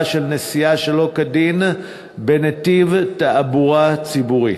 של נסיעה שלא כדין בנתיב תעבורה ציבורית.